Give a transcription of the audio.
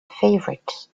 favorite